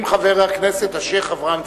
עם חבר הכנסת השיח' אברהים צרצור.